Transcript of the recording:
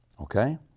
okay